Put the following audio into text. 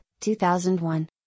2001